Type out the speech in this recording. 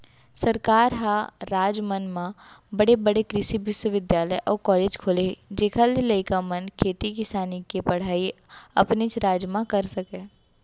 सरकार ह राज मन म बड़े बड़े कृसि बिस्वबिद्यालय अउ कॉलेज खोले हे जेखर ले लइका मन खेती किसानी के पड़हई अपनेच राज म कर सकय